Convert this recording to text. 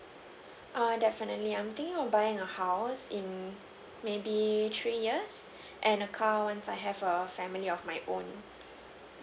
err definitely I'm thinking of buying a house in maybe three years and a car once I have a family of my own